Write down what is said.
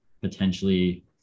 potentially